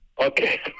Okay